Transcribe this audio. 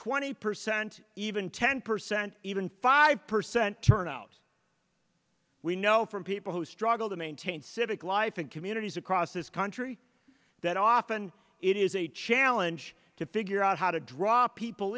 twenty percent even ten percent even five percent turnout we know from people who struggle to maintain civic life in communities across this country that often it is a challenge to figure out how to draw people